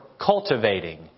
cultivating